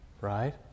right